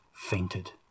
fainted